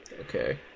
Okay